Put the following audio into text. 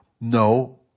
No